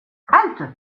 halte